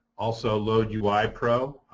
also loadui pro,